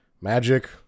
magic